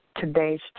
Today's